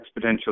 exponential